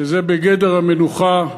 שזה בגדר המנוחה.